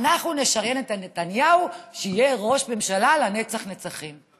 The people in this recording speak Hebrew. אנחנו נשריין את נתניהו שיהיה ראש ממשלה לנצח נצחים.